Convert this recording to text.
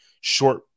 short